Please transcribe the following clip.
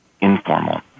informal